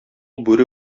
бүре